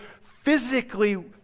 Physically